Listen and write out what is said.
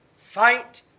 fight